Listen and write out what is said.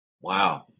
Wow